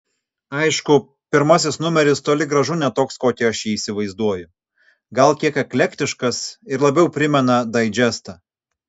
aišku pirmasis numeris toli gražu ne toks kokį aš jį įsivaizduoju gal kiek eklektiškas ir labiau primena daidžestą